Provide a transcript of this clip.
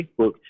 Facebook